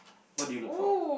what do you look for